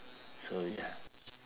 so ya